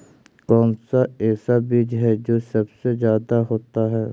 कौन सा ऐसा बीज है जो सबसे ज्यादा होता है?